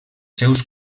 seus